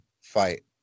fight